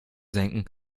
senken